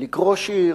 לקרוא שיר